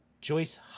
Joyce